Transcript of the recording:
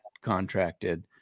contracted